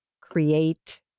create